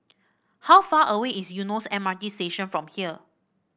how far away is Eunos M R T Station from here